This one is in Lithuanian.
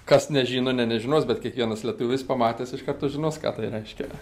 kas nežino ne nežinos bet kiekvienas lietuvis pamatęs iš karto žinos ką tai reiškia